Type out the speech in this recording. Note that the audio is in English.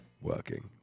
working